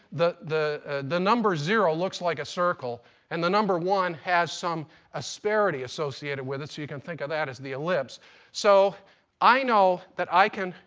the the number zero looks like a circle and the number one has some asperity associated with it, so you can think of that as the ellipse so i know that i can,